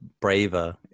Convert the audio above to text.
braver